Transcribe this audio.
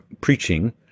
preaching